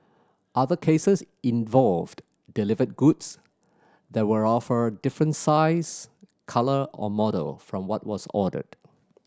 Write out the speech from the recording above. other cases involved delivered goods that were of a different size colour or model from what was ordered